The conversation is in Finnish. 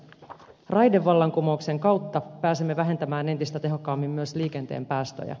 raidevallankumouksen kautta pääsemme vähentämään entistä tehokkaammin myös liikenteen päästöjä